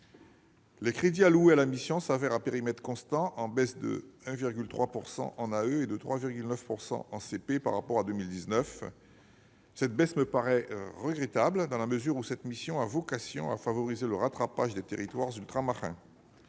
les crédits alloués à la mission sont en baisse de 1,3 % en AE et de 3,9 % en CP par rapport à 2019. Cette baisse me paraît regrettable dans la mesure où la mission a vocation à favoriser le rattrapage des territoires ultramarins.